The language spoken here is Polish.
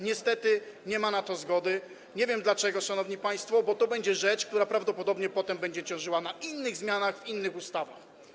Niestety nie ma na to zgody, nie wiem dlaczego, szanowni państwo, bo to będzie rzecz, która potem prawdopodobnie będzie ciążyła na innych zmianach w innych ustawach.